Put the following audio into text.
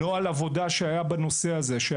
נוהל עבודה שהיה קיים בנושא הזה משנת 2004,